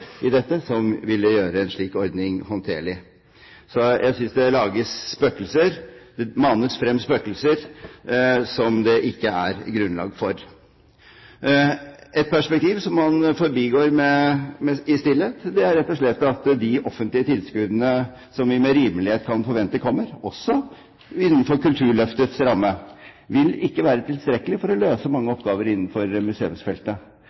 som ville gjøre en slik ordning håndterlig. Så jeg synes det manes frem spøkelser som det ikke er grunnlag for. Et perspektiv som man forbigår i stillhet, er rett og slett at de offentlige tilskuddene som vi med rimelighet kan forvente kommer, også innenfor Kulturløftets ramme, ikke vil være tilstrekkelig for å løse mange oppgaver innenfor museumsfeltet.